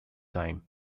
time